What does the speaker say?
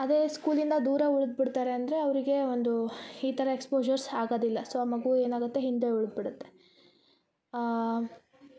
ಅದೇ ಸ್ಕೂಲಿಂದ ದೂರ ಉಳ್ದ ಬಿಡ್ತಾರೆ ಅಂದರೆ ಅವರಿಗೆ ಒಂದು ಈ ಥರ ಎಕ್ಸ್ಪೋಝರ್ಸ್ ಆಗದಿಲ್ಲ ಸೊ ಆ ಮಗು ಏನಾಗತ್ತೆ ಹಿಂದೆ ಉಳ್ದ ಬಿಡತ್ತೆ